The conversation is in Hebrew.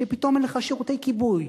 שפתאום אין לך שירותי כיבוי,